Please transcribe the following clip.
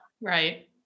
Right